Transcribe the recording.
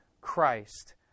Christ